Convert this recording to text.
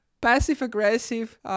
passive-aggressive